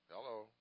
hello